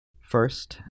first